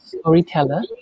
storyteller